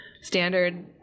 standard